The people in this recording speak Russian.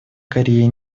корея